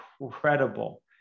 incredible